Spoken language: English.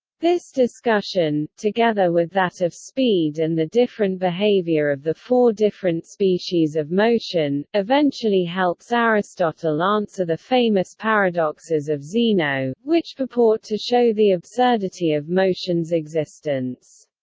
this discussion, together with that of speed and the different behavior of the four different species of motion, eventually helps aristotle answer the famous paradoxes of zeno, which purport to show the absurdity of motion's existence.